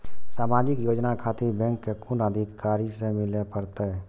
समाजिक योजना खातिर बैंक के कुन अधिकारी स मिले परतें?